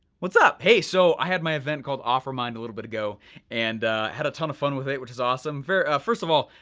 what's up? hey, so, i had my event called offermind a little bit ago and i had a ton of fun with it, which is awesome. first of all,